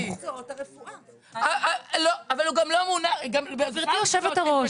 אבל הוא גם לא מונח -- גברתי יושבת הראש.